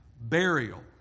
burial